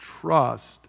trust